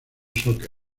soccer